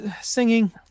Singing